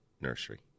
Nursery